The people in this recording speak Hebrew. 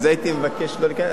אז הייתי מבקש לא להיכנס.